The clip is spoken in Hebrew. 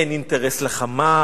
אין אינטרס ל"חמאס",